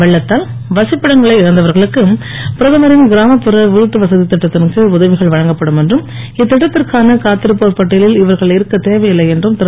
வெள்ளத்தால் வசிப்பிடங்களை இழந்தவர்களுக்கு பிரதமரின் இராமப்புற வீட்டு வசதித் திட்டத்தின் கீழ் உதவிகள் வழங்கப்படும் என்றும் இத்திட்டத்திற்கான காத்திருப்போர் பட்டியவில் இவர்கள் இருக்கத் தேவையில்லை என்றும் திரு